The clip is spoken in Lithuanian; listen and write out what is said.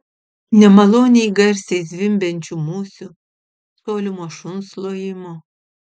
nemaloniai garsiai zvimbiančių musių tolimo šuns lojimo